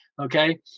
okay